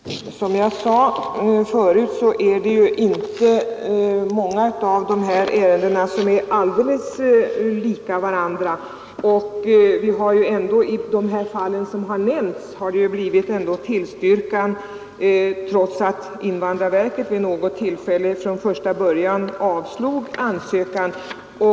Herr talman! Som jag sade förut är det inte många av de här ärendena som är alldeles lika varandra. I de fall som nämnts har det blivit tillstyrkan, i något fall ”av särskilda skäl”, trots att invandrarverket vid något tillfälle från första början avslog ansökan.